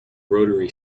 rotary